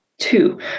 Two